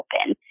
open